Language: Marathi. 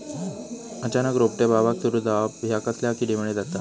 अचानक रोपटे बावाक सुरू जवाप हया कसल्या किडीमुळे जाता?